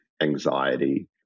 anxiety